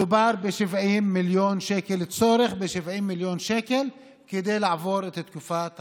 מדובר בצורך ב-70 מיליון שקל צורך כדי לעבור את תקופת הרמדאן.